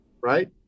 Right